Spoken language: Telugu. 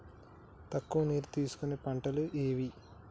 తక్కువ నీరు తీసుకునే పంటలు ఏవి?